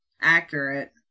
accurate